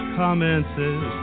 commences